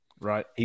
Right